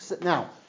Now